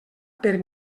per